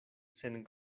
sen